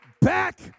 back